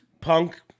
Punk